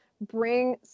Bring